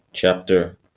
Chapter